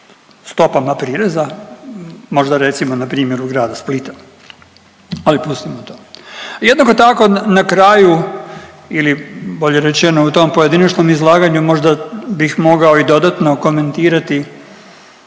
stopama prireza, možda recimo na primjeru grada Splita, ali pustimo to. Jednako tako na kraju ili bolje rečeno u tom pojedinačnom izlaganju možda bih mogao i dodatno komentirati